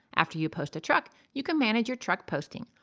after you post a truck, you can manage your truck posting.